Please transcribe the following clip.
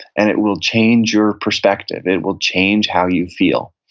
and it will change your perspective. it will change how you feel.